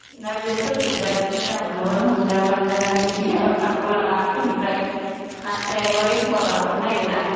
ना गोरिफोरखौ बिराथ मोजां मोनोमोन हमनो मानोना ना गोरिया बारग'लाङा आखाइनिफ्राय नास्राइयाबो एखम्बा बारग'नो नागिरा